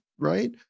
Right